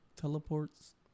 Teleports